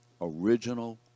original